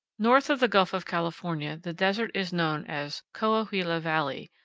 north of the gulf of california the desert is known as coahuila valley,